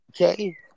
Okay